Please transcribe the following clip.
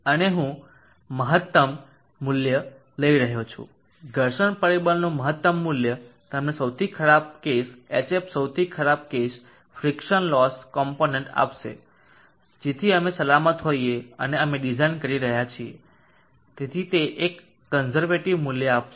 અને હું મહત્તમ મૂલ્ય લઈ રહ્યો છું ઘર્ષણ પરિબળનું મહત્તમ મૂલ્ય તમને સૌથી ખરાબ કેસ hf સૌથી ખરાબ કેસ ફ્રીક્સન લોસ કોમ્પોનન્ટ આપશે જેથી અમે સલામત હોઈએ અને અમે ડિઝાઇન કરી રહ્યા છીએ તેથી તે એક કોનઝરવેટીવ મૂલ્ય હશે